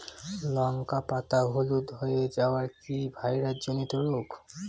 লঙ্কা পাতা হলুদ হয়ে যাওয়া কি ভাইরাস জনিত রোগ?